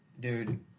Dude